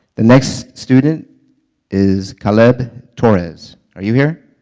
the next student is kaleb torres. are you here?